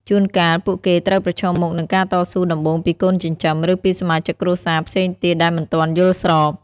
ជួនកាល ពួកគេត្រូវប្រឈមមុខនឹងការតស៊ូដំបូងពីកូនចិញ្ចឹម ឬពីសមាជិកគ្រួសារផ្សេងទៀតដែលមិនទាន់យល់ស្រប។